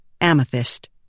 Amethyst